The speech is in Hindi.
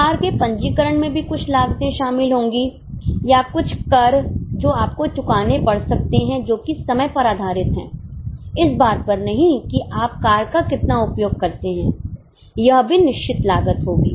कार के पंजीकरण में भी कुछ लागते शामिल होंगी या कुछ कर जो आपको चुकाने पड़ सकते हैं जो कि समय पर आधारित है इस बात पर नहीं कि आप कार का कितना उपयोग करते हैं यह भी निश्चित लागत होगी